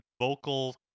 vocal